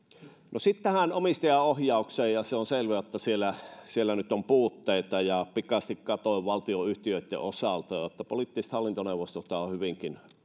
no sitten tähän omistajaohjaukseen ja se on selvä että siellä nyt on puutteita ja pikaisesti katsoin valtionyhtiöitten osalta että poliittiset hallintoneuvostothan ovat hyvinkin